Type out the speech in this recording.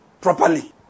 properly